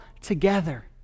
together